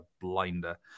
blinder